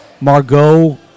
Margot